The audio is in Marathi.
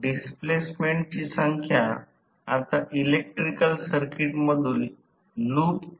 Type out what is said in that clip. तर PG प्रत्यक्षात समान I1 प्रवाह आता वाहून जात आहे त्याला समकक्ष म्हणायचे आहे तर समान I1